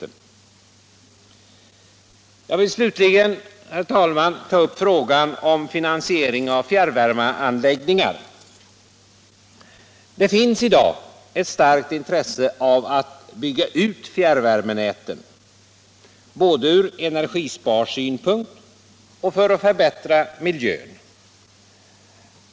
Jag vill slutligen, herr talman, ta upp frågan om finansiering av fjärrvärmeanläggningar. Det finns i dag ett starkt intresse av att bygga ut fjärrvärmenäten, både från energisparsynpunkt och för att förbättra mil jön.